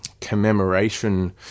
commemoration